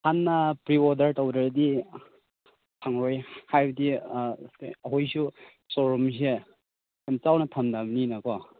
ꯍꯥꯟꯅ preorder ꯇꯧꯗ꯭ꯔꯗꯤ ꯐꯪꯂꯣꯏ ꯍꯥꯏꯕꯗꯤ ꯑꯩꯈꯣꯏꯁꯨ ꯁꯣꯔꯨꯝꯁꯦ ꯌꯥꯝ ꯆꯥꯎꯅ ꯐꯝꯗꯕꯅꯤꯅꯀꯣ